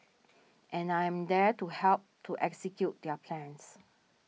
and I am there to help to execute their plans